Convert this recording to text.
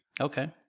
Okay